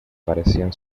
parecían